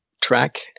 track